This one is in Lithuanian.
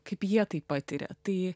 kaip jie tai patiria tai